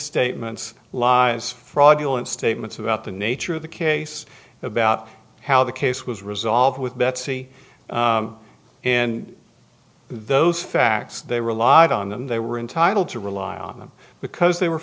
tatements lies fraudulent statements about the nature of the case about how the case was resolved with betsy and those facts they relied on and they were entitled to rely on them because they were